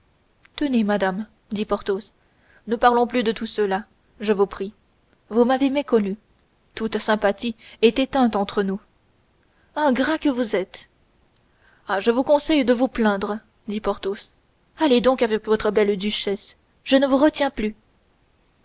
tenez madame dit porthos ne parlons plus de tout cela je vous en prie vous m'avez méconnu toute sympathie est éteinte entre nous ingrat que vous êtes ah je vous conseille de vous plaindre dit porthos allez donc avec votre belle duchesse je ne vous retiens plus